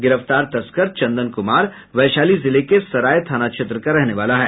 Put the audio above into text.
गिरफ्तार तस्कर चंदन कुमार वैशाली जिले के सराय थाना क्षेत्र का रहने वाला है